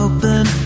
Open